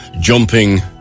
jumping